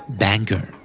banker